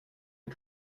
est